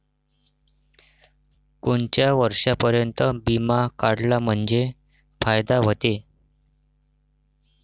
कोनच्या वर्षापर्यंत बिमा काढला म्हंजे फायदा व्हते?